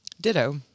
Ditto